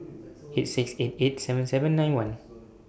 eight six eight eight seven seven nine one